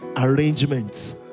arrangements